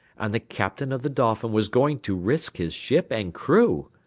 and the captain of the dolphin was going to risk his ship and crew!